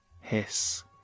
hiss